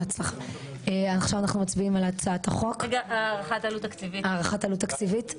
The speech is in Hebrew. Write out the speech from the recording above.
הצבעה המיזוג אושר הערכת עלות תקציבית,